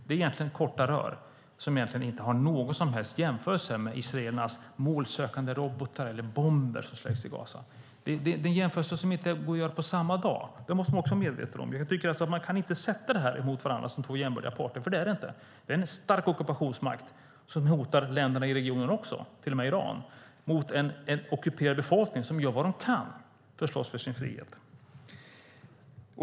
Det är korta rör som egentligen inte har någon som helst likhet med israelernas målsökande robotar eller de bomber som släpps i Gaza. Det är en jämförelse som inte går att göra på samma dag. Det måste man också vara medveten om. Jag tycker inte att man kan ställa dessa mot varandra som två jämbördiga parter, för det är de inte. Det är en stark ockupationsmakt - som även hotar länderna i regionen, till och med Iran - mot en ockuperad befolkning som gör vad de kan för att slåss för sin frihet.